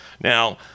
Now